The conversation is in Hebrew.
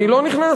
אני לא נכנס,